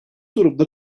durumda